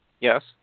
Yes